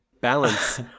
balance